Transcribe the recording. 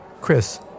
Chris